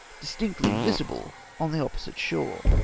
distinctly visible on the opposite shore.